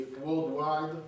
worldwide